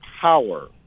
power